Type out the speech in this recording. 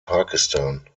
pakistan